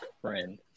friend